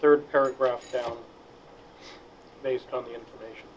third paragraph based on the information